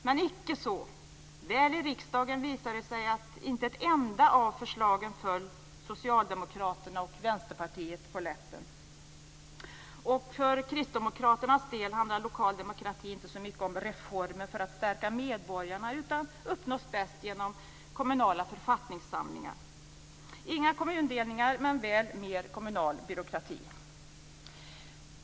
Men icke så. När förslagen väl kommit till riksdagen visade det sig att inte ett enda av dem föll Socialdemokraterna och Vänsterpartiet på läppen. Och för Kristdemokraternas del handlar lokal demokrati inte så mycket om reformer för att stärka medborgarna utan uppnås bäst genom kommunala författningssamlingar. Inga kommundelningar men väl mer av kommunal byråkrati.